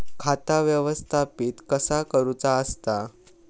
खाता व्यवस्थापित कसा करुचा असता?